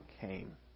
came